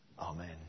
Amen